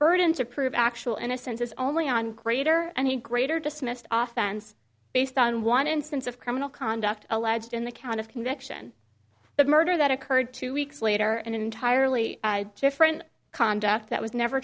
burden to prove actual innocence is only on greater and greater dismissed off and based on one instance of criminal conduct alleged in the count of conviction of murder that occurred two weeks later an entirely different conduct that was never